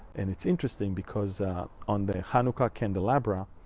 and it's interesting because on the hanukkah candelabra,